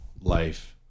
life